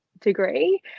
degree